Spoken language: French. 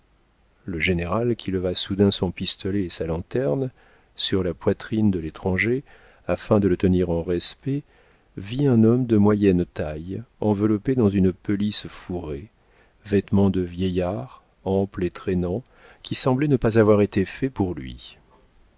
le général qui leva soudain son pistolet et sa lanterne sur la poitrine de l'étranger afin de le tenir en respect vit un homme de moyenne taille enveloppé dans une pelisse fourrée vêtement de vieillard ample et traînant qui semblait ne pas avoir été fait pour lui